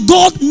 God